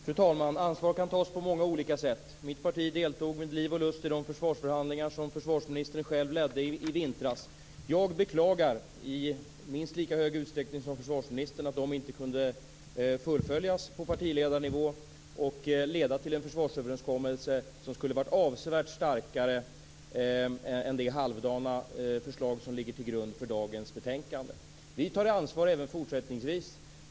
Fru talman! Ansvar kan tas på många olika sätt. Mitt parti deltog med liv och lust i de försvarsförhandlingar som försvarsministern själv ledde i vintras. Jag beklagar i minst lika hög utsträckning som försvarsministern att de inte kunde fullföljas på partiledarnivå och leda till en försvarsöverenskommelse som skulle varit avsevärt starkare än det halvdana förslag som ligger till grund för dagens betänkande. Vi tar ansvar även fortsättningsvis.